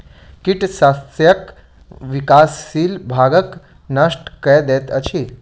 कीट शस्यक विकासशील भागक नष्ट कय दैत अछि